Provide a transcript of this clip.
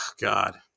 God